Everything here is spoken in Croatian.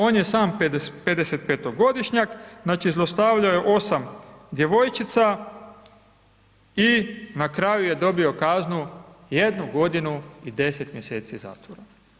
On je sam 55.-godišnjak, znači zlostavljao je 8 djevojčica i na kraju je dobio kaznu 1 godinu i 10 mjeseci zatvora.